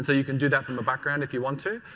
so you can do that from the background if you want to.